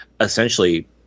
essentially